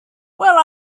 well